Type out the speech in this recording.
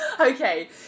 Okay